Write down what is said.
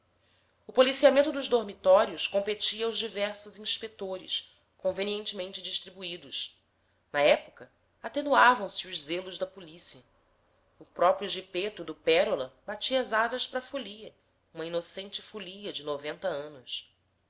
o policiamento dos dormitórios competia aos diversos inspetores convenientemente distribuídos na época atenuavam se os zelos da policia o próprio gipaeto do pérola batia as asas para a folia uma inocente folia de noventa anos